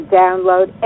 download